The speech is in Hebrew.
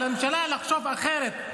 על הממשלה לחשוב אחרת.